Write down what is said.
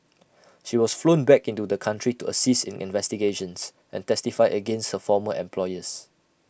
she was flown back into the country to assist in investigations and testify against her former employers